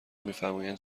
میفرمایند